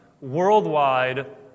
Worldwide